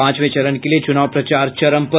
पांचवे चरण के लिए चुनाव प्रचार चरम पर